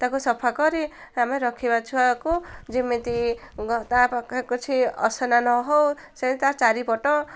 ତାକୁ ସଫା କରି ଆମେ ରଖିବା ଛୁଆକୁ ଯେମିତି ତା' ପାଖ କିଛି ଅସନା ନ ହଉ ସେମିତି ତା' ଚାରିପଟ